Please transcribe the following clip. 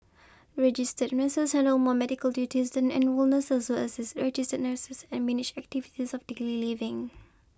registered nurses handle more medical duties than enrolled nurses assist registered nurses and manage activities of daily living